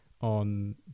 on